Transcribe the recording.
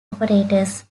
operators